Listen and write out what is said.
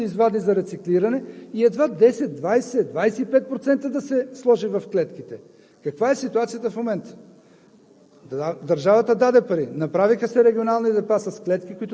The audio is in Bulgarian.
да се дадат шредери, машини, които така да направят, че всичко ценно да се извади за рециклиране и едва 10, 20, 25% да се сложи в клетките. Каква е ситуацията в момента?